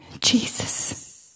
Jesus